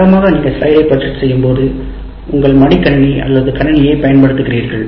வழக்கமாக நீங்கள் ஸ்லைடை ப்ரஜெக்ட் செய்யும்போது உங்கள் மடிக்கணினி அல்லது கணினியைப் பயன்படுத்துகிறீர்கள்